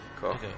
Cool